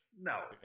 No